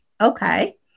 Okay